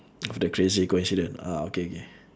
of the crazy coincidence ah okay okay